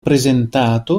presentato